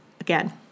again